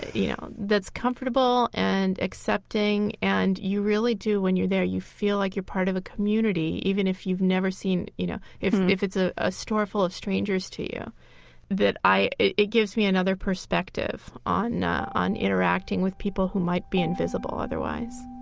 you know, that's comfortable and accepting. and you really do, when you're there, you feel like you're part of a community even if you've never seen, you know, if if it's ah a store full of strangers to you that i it it gives me another perspective on ah on interacting with people who might be invisible otherwise